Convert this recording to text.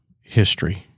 history